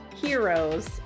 heroes